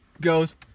goes